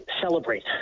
celebrate